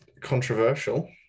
Controversial